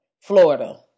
Florida